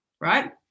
Right